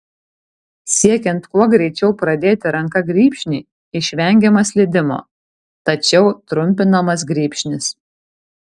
siekiant kuo greičiau pradėti ranka grybšnį išvengiama slydimo tačiau trumpinamas grybšnis